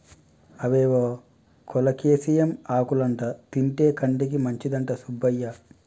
అవేవో కోలేకేసియం ఆకులంటా తింటే కంటికి మంచిదంట సుబ్బయ్య